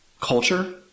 culture